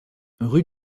rue